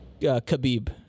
Khabib